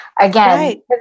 again